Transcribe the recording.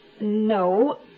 No